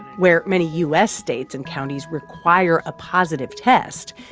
where many u s. states and counties require a positive test,